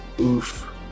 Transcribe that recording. oof